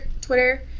Twitter